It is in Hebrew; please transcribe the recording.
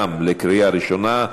גם לקריאה ראשונה.